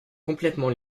complètement